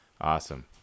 awesome